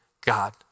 God